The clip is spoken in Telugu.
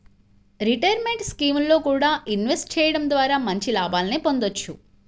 రిటైర్మెంట్ స్కీముల్లో కూడా ఇన్వెస్ట్ చెయ్యడం ద్వారా మంచి లాభాలనే పొందొచ్చు